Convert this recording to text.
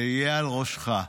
זה יהיה על ראשך.